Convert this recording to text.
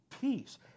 peace